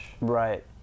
Right